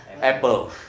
apple